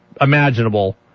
imaginable